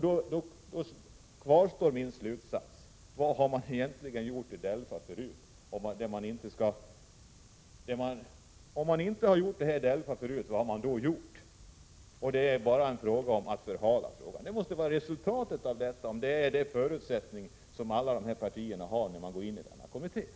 Det är sådana funderingar man gör efter att ha hört de övriga partiernas företrädare här. Min fråga kvarstår: Vad har DELFA gjort förut? Utgångspunkten för dessa partier, när de tillsätter denna kommitté, är tydligen att förhala frågan.